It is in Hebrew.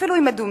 אפילו אם מדומה,